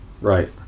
right